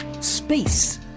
space